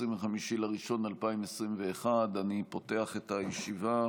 25 בינואר 2021. אני פותח את הישיבה.